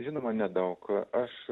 žinoma nedaug aš